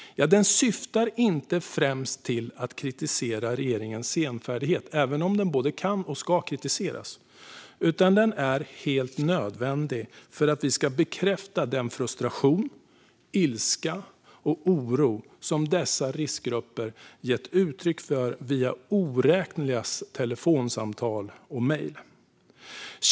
Den syftar inte främst till att kritisera regeringens senfärdighet, även om den både kan och ska kritiseras, utan den är helt nödvändig för att vi ska bekräfta den frustration, ilska och oro som dessa riskgrupper gett uttryck för via oräkneliga telefonsamtal och mejl.